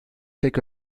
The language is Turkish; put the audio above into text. tek